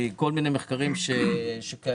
מכל מיני מחקרים שקיימים.